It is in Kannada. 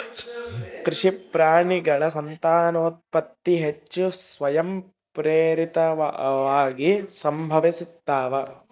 ಕೃಷಿ ಪ್ರಾಣಿಗಳ ಸಂತಾನೋತ್ಪತ್ತಿ ಹೆಚ್ಚು ಸ್ವಯಂಪ್ರೇರಿತವಾಗಿ ಸಂಭವಿಸ್ತಾವ